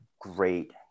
great